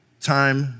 time